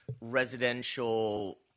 residential